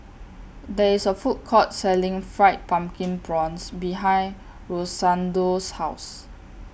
There IS A Food Court Selling Fried Pumpkin Prawns behind Rosendo's House